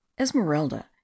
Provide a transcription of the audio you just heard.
esmeralda